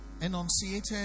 enunciated